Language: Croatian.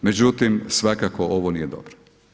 Međutim, svakako ovo nije dobro.